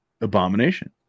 Abomination